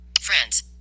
Friends